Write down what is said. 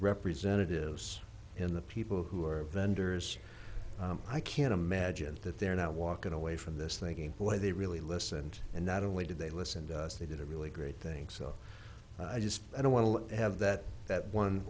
representatives in the people who are vendors i can't imagine that they're not walking away from this thinking the way they really listened and not only did they listened they did a really great thing so i just i don't want to have that that one